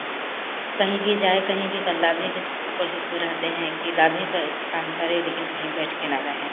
कहीं भी जाए कहीं भी क लाभे के को कोशिश में रहते हैं कि लाभे का काम करे लेकिन कहीं बैठ के ना रहें